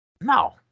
No